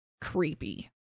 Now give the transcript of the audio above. creepy